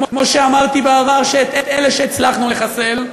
כמו שאמרתי בעבר, שאת אלה שהצלחנו לחסל,